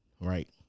right